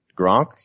Gronk